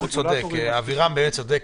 אבירם צודק.